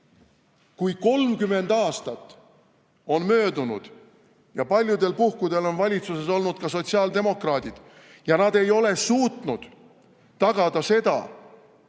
Kui 30 aastat on möödunud ja paljudel puhkudel on valitsuses olnud ka sotsiaaldemokraadid ja nad ei ole suutnud tagada seda,